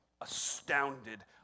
astounded